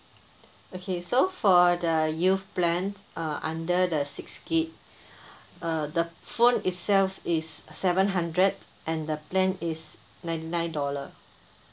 okay so for the youth plan uh under the six gig uh the phone itself is is a seven hundred and the plan is ninety nine dollar